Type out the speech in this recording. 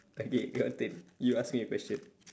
okay your turn you ask me a question